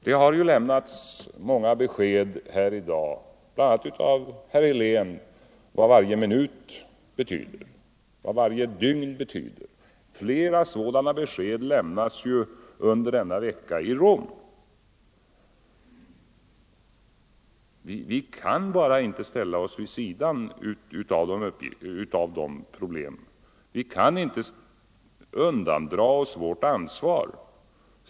debatt Det har lämnats många besked här i dag, bl.a. av herr Helén, om vad varje minut betyder, vad varje dygn betyder. Flera sådana besked lämnas under denna vecka i Rom. Vi kan inte ställa oss vid sidan av vore välgörande för den svenska debatten och jag tror också att det vore de här problemen. Vi kan inte undandra oss vårt ansvar.